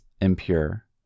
impure